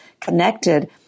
connected